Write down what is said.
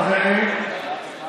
חברים,